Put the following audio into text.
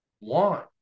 want